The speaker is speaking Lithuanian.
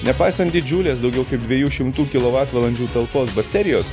nepaisant didžiulės daugiau kaip dviejų šimtų kilovatvalandžių talpos baterijos